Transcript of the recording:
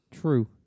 True